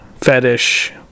fetish